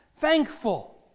thankful